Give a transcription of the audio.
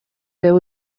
there